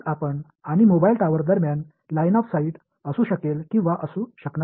இப்போது உங்களுக்கும் மொபைல் கோபுரத்திற்கும் இடையில் நேரடியான பார்வை இருக்கலாம் அல்லது இல்லாமல் இருக்கலாம்